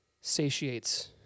satiates